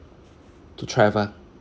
to travel